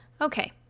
Okay